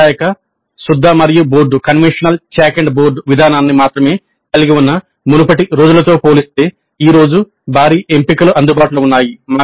సాంప్రదాయిక సుద్ద మరియు బోర్డు విధానాన్ని మాత్రమే కలిగి ఉన్న మునుపటి రోజులతో పోలిస్తే ఈ రోజు భారీ ఎంపికలు అందుబాటులో ఉన్నాయి